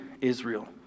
Israel